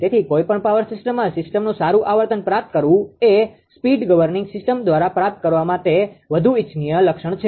તેથી કોઈપણ પાવર સિસ્ટમમાં સીસ્ટમનુ સારું આવર્તન પ્રાપ્ત કરવું એ સ્પીડ ગવર્નિંગ સિસ્ટમ દ્વારા પ્રાપ્ત કરવા કરતા વધુ ઇચ્છનીય લક્ષણ છે